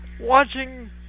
watching